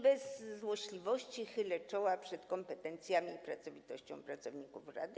Bez złośliwości - chylę czoła przed kompetencjami i pracowitością pracowników rady.